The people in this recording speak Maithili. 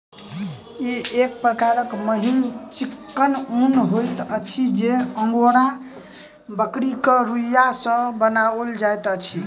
ई एक प्रकारक मिहीन चिक्कन ऊन होइत अछि जे अंगोरा बकरीक रोंइया सॅ बनाओल जाइत अछि